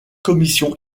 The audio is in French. commission